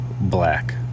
Black